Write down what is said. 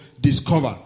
discover